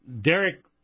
Derek